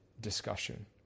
discussion